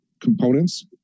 components